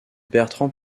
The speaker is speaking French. bertrand